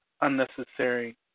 unnecessary